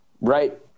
right